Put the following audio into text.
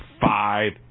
five